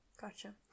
Gotcha